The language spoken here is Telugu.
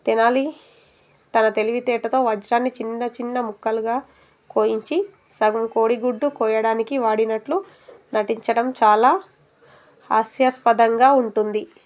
తెనాలి తన తెలివితేేటతో వజ్రాన్ని చిన్న చిన్న ముక్కలుగా కోయించి సగం కోడిగుడ్డు కోయడానికి వాడినట్లు నటించడం చాలా ఆస్యస్పదంగా ఉంటుంది